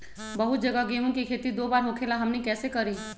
बहुत जगह गेंहू के खेती दो बार होखेला हमनी कैसे करी?